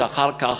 ואחר כך